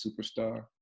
superstar